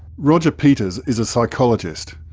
roger peters is a psychologist.